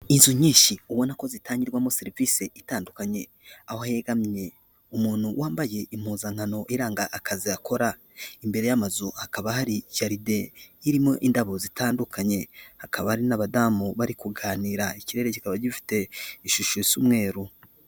Inzu nyinshi ubona ko zitangirwamo serivisi itandukanye aho hegamye umuntu wambaye impuzankano iranga akazi akora, imbere y'amazu akaba hari jaride irimo indabo zitandukanye hakaba hari n'abadamu bari kuganira, ikirere kikaba gifite ishusho isa umweruru.